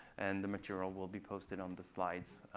and the material will be posted on the slides.